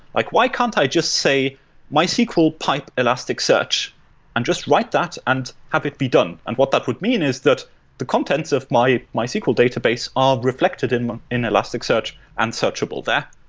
like why can't i just say mysql pipe elastic search and just write that and have it be done. and what that would mean is that the contents of mysql database are reflected in in elastic search and searchable there.